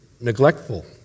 neglectful